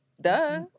Duh